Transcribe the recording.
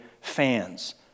fans